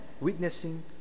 witnessing